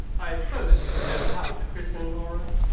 i suppose you know how to christen all right?